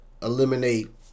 eliminate